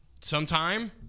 sometime